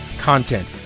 content